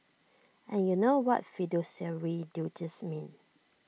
and you know what fiduciary duties mean